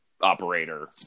operator